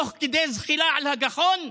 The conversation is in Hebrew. תוך כדי זחילה על הגחון,